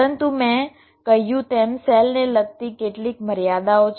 પરંતુ મેં કહ્યું તેમ સેલ ને લગતી કેટલીક મર્યાદાઓ છે